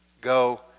go